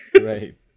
right